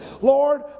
Lord